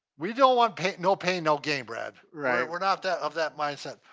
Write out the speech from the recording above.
we don't want pain, no pain no gain, brad. right. we're not that, of that mindset.